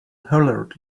hollered